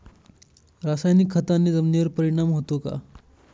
रासायनिक खताने जमिनीवर परिणाम होतो का?